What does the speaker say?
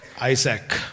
Isaac